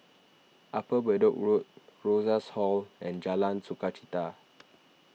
Upper Bedok Road Rosas Hall and Jalan Sukachita